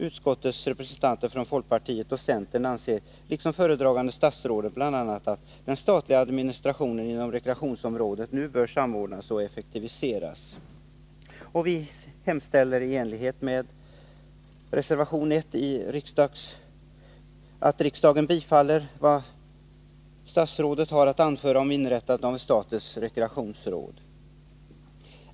Utskottets representanter från folkpartiet och centern anser liksom föredragande statsrådet bl.a. att den statliga administrationen inom rekreationsområdet nu bör samordnas och effektiviseras. Vi hemställer i enlighet med reservation 1 att riksdagen bifaller vad statsrådet har att anföra om inrättandet av ett statens rekreationsråd.